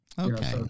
Okay